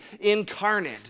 incarnate